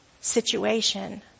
situation